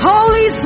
Holy